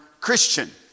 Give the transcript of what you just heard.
Christian